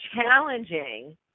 challenging